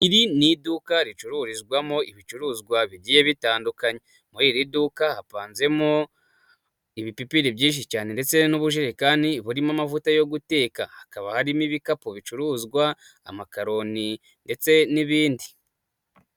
Iri ni iduka ricururizwamo ibicuruzwa bigiye bitandukanye, muri iri duka hapanzemo ibipipiri byinshi cyane ndetse n'ubujerekani burimo amavuta yo guteka, hakaba harimo ibikapu bicuruzwa amakaroni ndetse n'ibindi.